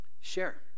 Share